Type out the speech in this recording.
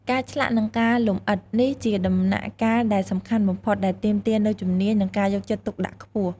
ការឆ្លាក់ និងការលម្អិត នេះជាដំណាក់កាលដែលសំខាន់បំផុត ដែលទាមទារនូវជំនាញ និងការយកចិត្តទុកដាក់ខ្ពស់។